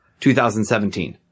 2017